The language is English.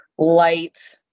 light